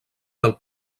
del